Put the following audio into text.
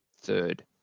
third